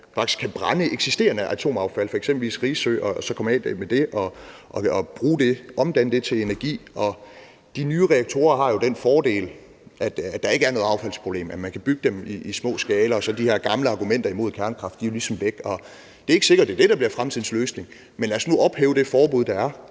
faktisk kan brænde eksisterende atomaffald, f.eks. på Risø, så man kan komme af med det og omdanne det til energi. De nye reaktorer har jo den fordel, at der ikke er noget affaldsproblem, og at man kan bygge dem i små skalaer. Og så er de her gamle argumenter mod kernekraft jo ligesom væk. Det er ikke sikkert, det er det, der bliver fremtidens løsning, men lad os nu ophæve det forbud, der er